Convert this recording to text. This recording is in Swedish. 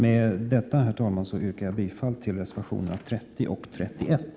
En framtidsinriktad Herr talman! Med detta yrkar jag bifall till reservationerna 30 och 31.